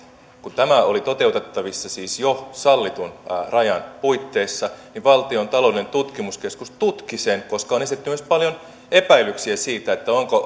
kun tämä oli toteutettavissa siis jo sallitun rajan puitteissa niin valtion taloudellinen tutkimuskeskus tutki sen koska on esitetty myös paljon epäilyksiä siitä onko